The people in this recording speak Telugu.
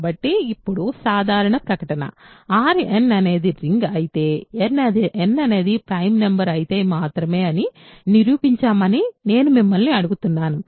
కాబట్టి ఇప్పుడు సాధారణ ప్రకటన R n అనేది రింగ్ అయితే మరియు n ప్రైమ్ నెంబర్ అయితే మాత్రమే అని నిరూపించమని నేను మిమ్మల్ని అడుగుతున్నాను